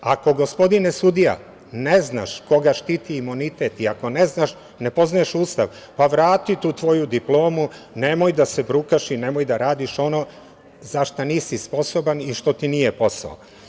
Ako gospodine sudija ne znaš koga štiti imunitet i ako ne znaš, ne poznaješ Ustav, pa vrati tu tvoju diplomu, nemoj da se brukaš i nemoj da radiš ono za šta nisi sposoban i što nije posao.